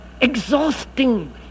exhausting